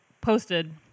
posted